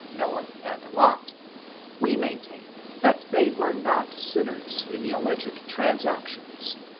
noah and lot we maintain that they were not sinners in thealledged transactions.